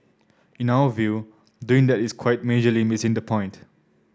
in our view doing that is quite majorly missing the point